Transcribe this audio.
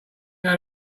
know